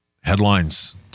Headlines